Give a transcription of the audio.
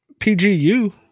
pgu